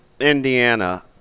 Indiana